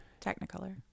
Technicolor